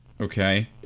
Okay